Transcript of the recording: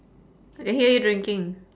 I hear you drinking